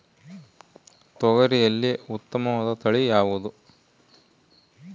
ತೊಗರಿಯಲ್ಲಿ ಉತ್ತಮವಾದ ತಳಿ ಯಾವುದು?